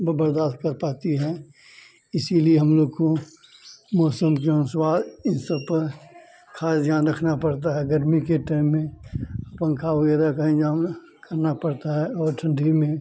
ब बर्दाश्त कर पाती है इसीलिए हम लोग को मौसम के अनुसार ई सब पर खास ध्यान रखना पड़ता है गर्मी के टाइम में पंखा वगैरह का इंतज़ाम करना पड़ता है और ठंडी में